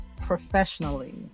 professionally